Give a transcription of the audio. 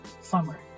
summer